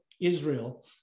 Israel